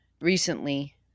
recently